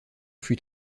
fut